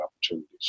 opportunities